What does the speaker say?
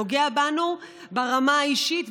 נוגע בנו ברמה האישית,